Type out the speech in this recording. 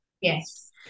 yes